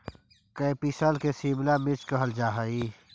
capsicum के शिमला मिर्च कहल जा हइ